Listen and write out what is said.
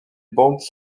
bandes